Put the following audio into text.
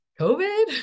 COVID